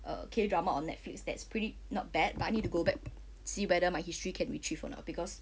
uh K drama on netflix that's pretty not bad but I need to go back to see whether my history can retrieve or not because